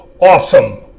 awesome